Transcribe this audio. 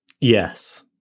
Yes